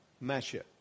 measure